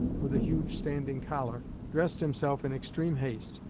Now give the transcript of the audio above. with a huge standing collar, dressed himself in extreme haste,